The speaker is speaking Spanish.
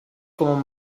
con